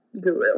guru